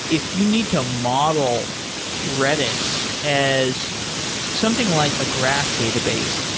if you need to model redis as something like a graph database,